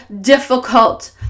difficult